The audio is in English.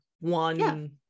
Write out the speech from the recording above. one